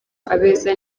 abeza